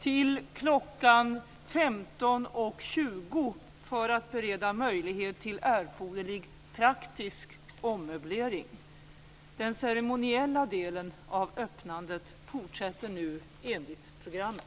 till kl. 15.20 för att bereda möjlighet till erforderlig praktisk ommöblering. Den ceremoniella delen av öppnandet fortsätter nu enligt programmet.